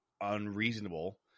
unreasonable